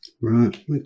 Right